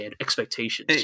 expectations